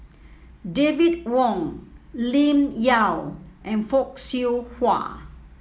David Wong Lim Yau and Fock Siew Wah